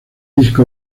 disco